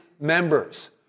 members